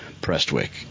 Prestwick